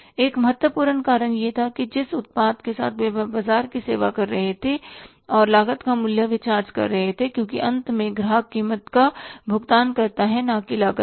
एक महत्वपूर्ण कारण यह था कि जिस उत्पाद के साथ वे बाजार की सेवा कर रहे थे और लागत या मूल्य जो वे चार्ज कर रहे थे क्योंकि अंत में ग्राहक कीमत का भुगतान करता है और न ही लागत का